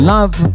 Love